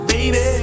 Baby